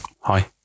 Hi